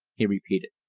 he repeated.